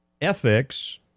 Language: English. ethics